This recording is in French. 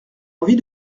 envie